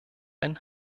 ein